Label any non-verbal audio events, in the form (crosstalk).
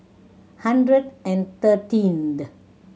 hundred thirteen (unintelligible)